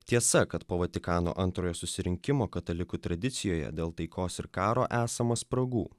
tiesa kad po vatikano antrojo susirinkimo katalikų tradicijoje dėl taikos ir karo esama spragų